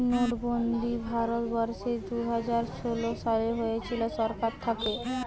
নোটবন্দি ভারত বর্ষে দুইহাজার ষোলো সালে হয়েছিল সরকার থাকে